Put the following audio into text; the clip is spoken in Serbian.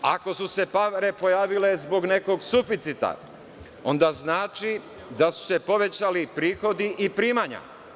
Ako su se pare pojavile zbog nekog suficita onda znači da su se povećali prihodi i primanja.